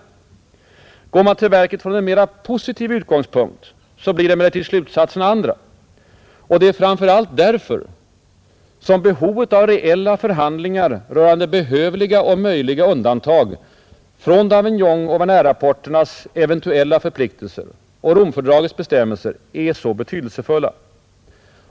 Går man till verket från en mera positiv utgångspunkt, blir emellertid slutsatserna andra, Det är framför allt därför som reella förhandlingar rörande behövliga och möjliga undantag från Davignonoch Wernerrapporternas eventuella förpliktelser och Romfördragets bestämmelser är så betydelsefulla.